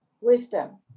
wisdom